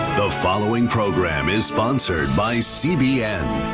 the following program is sponsored by cbn.